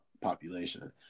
population